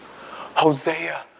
Hosea